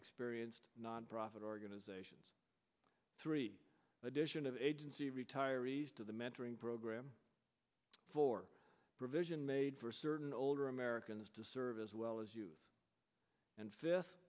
experienced nonprofit organizations three edition of agency retirees to the mentoring program for provision made for certain older americans to serve as well as you and fifth